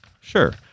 Sure